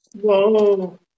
Whoa